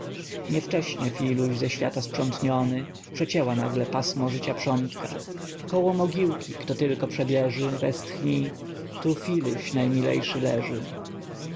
niebożątka niewcześnie filuś ze świata sprzątniony przecięła nagle pasmo życia prządka koło mogiłki kto tylko przebieży westchnij tu filuś najmilejszy leży